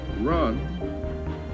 run